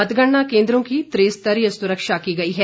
मतगणना केन्द्रों की त्रिस्तरीय सुरक्षा की गई है